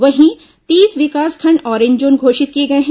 वहीं तीस विकासखंड ऑरेंज जोन घोषित किए गए हैं